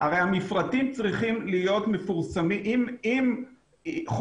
הרי המפרטים צריכים להיות מפורסמים, אם חודשיים,